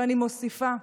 ואני מוסיפה: